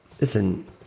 listen